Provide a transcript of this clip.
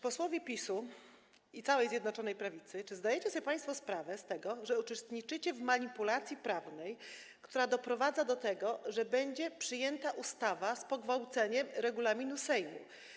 Posłowie PiS-u i całej Zjednoczonej Prawicy, czy zdajecie sobie państwo sprawę z tego, że uczestniczycie w manipulacji prawnej, która doprowadza do tego, że będzie przyjęta ustawa z pogwałceniem regulaminu Sejmu?